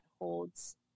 holds